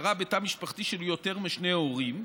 הכרה בתא משפחתי של יותר משני ההורים),